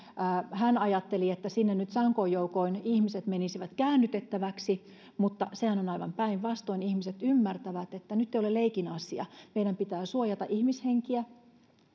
ajatteli että sinne nyt sankoin joukoin ihmiset menisivät käännytettäväksi mutta sehän on aivan päinvastoin ihmiset ymmärtävät että nyt ei ole leikin asia meidän pitää suojata ihmishenkiä